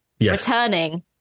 returning